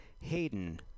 Hayden